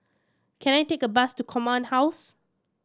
can I take a bus to Command House